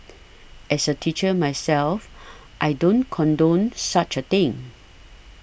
as a teacher myself I don't condone such a thing